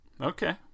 Okay